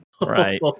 Right